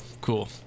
Cool